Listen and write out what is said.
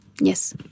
Yes